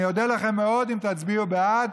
אני אודה לכם מאוד אם תצביעו בעד,